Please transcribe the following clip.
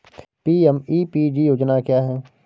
PMEPG योजना क्या है?